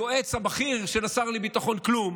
היועץ הבכיר של השר לביטחון כלום,